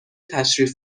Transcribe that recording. تشریف